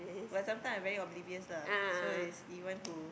but some time I very oblivious lah so it's even who